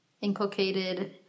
Inculcated